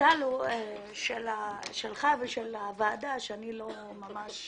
המזל שלך ושל הוועדה הוא שאני לא ממש